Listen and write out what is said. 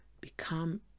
become